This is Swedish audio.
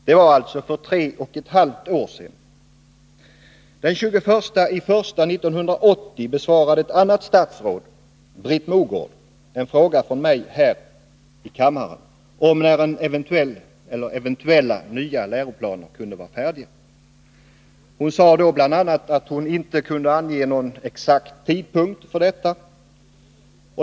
Det var alltså för tre och ett halvt år sedan. Den 21 januari 1980 besvarade ett annat statsråd — Britt Mogård — här i kammaren en fråga från mig om när eventuella nya läroplaner kunde vara färdiga. Hon sade då bl.a. att hon inte kunde ange någon exakt tidpunkt för detta.